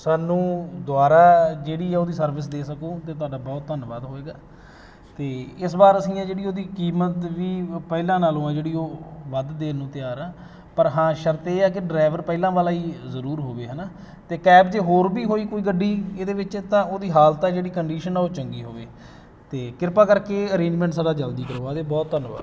ਸਾਨੂੰ ਦੁਬਾਰਾ ਜਿਹੜੀ ਆ ਉਹਦੀ ਸਰਵਿਸ ਦੇ ਸਕੋ ਅਤੇ ਤੁਹਾਡਾ ਬਹੁਤ ਧੰਨਵਾਦ ਹੋਏਗਾ ਅਤੇ ਇਸ ਵਾਰ ਅਸੀਂ ਐ ਜਿਹੜੀ ਉਹਦੀ ਕੀਮਤ ਵੀ ਪਹਿਲਾਂ ਨਾਲੋਂ ਆ ਜਿਹੜੀ ਉਹ ਵੱਧ ਦੇਣ ਨੂੰ ਤਿਆਰ ਹਾਂ ਪਰ ਹਾਂ ਸ਼ਰਤ ਇਹ ਹੈ ਕਿ ਡਰਾਈਵਰ ਪਹਿਲਾਂ ਵਾਲਾ ਹੀ ਜ਼ਰੂਰ ਹੋਵੇ ਹੈ ਨਾ ਅਤੇ ਕੈਬ ਜੇ ਹੋਰ ਵੀ ਹੋਈ ਕੋਈ ਗੱਡੀ ਇਹਦੇ ਵਿੱਚ ਤਾਂ ਉਹਦੀ ਹਾਲਤ ਆ ਜਿਹੜੀ ਕੰਡੀਸ਼ਨ ਆ ਉਹ ਚੰਗੀ ਹੋਵੇ ਅਤੇ ਕਿਰਪਾ ਕਰਕੇ ਅਰੇਂਜਮੈਂਟ ਸਾਡਾ ਜਲਦੀ ਕਰਵਾ ਦਿਓ ਬਹੁਤ ਧੰਨਵਾਦ